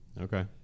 okay